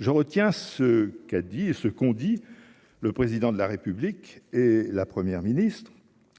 dit et ce qu'on dit, le président de la République et la première ministre